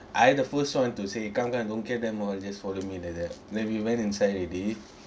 I the first one to say come come don't care them all just follow me like that then we went inside already